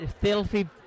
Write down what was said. filthy